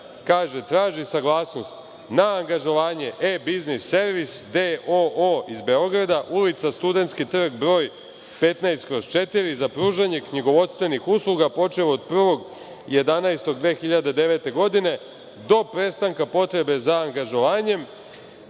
traži saglasnost na angažovanje „E-biznis servis“d.o.o iz Beograda, ulica Studentski trg 15/4, za pružanje knjigovodstvenih usluga, počev od 1. novembra 2009. godine do prestanka potrebe za angažovanjem.